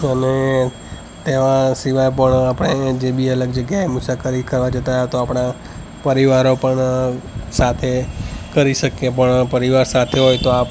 અને તેના સિવાય પણ આપણે જે બી અલગ જગ્યાએ મુસાફરી કરવા જતાં હોય તો આપણા પરિવારો પણ સાથે કરી શકીએ પણ પરિવાર સાથે હોય તો આપ